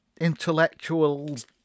intellectuals